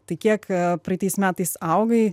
tai kiek praeitais metais augai